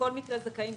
בכל מקרה זכאים,